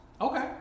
Okay